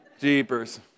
Jeepers